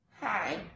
Hi